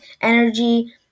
energy